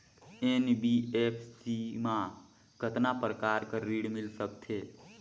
NBFC मा कतना प्रकार कर ऋण मिल सकथे?